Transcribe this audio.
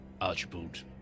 Archibald